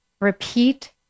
repeat